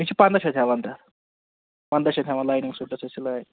أسۍ چھِ پَنٚداہ شَتھ ہیٚوان تتھ پَنٚداہ شَتھ ہیٚوان لایِنِنٛگ سوٗٹس أسۍ سِلٲے